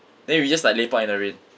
then we just like lepak in the rain